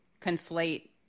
conflate